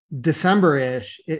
December-ish